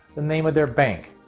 the name of their bank.